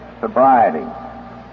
sobriety